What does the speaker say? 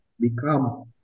become